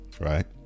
right